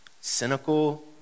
cynical